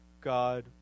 God